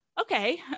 okay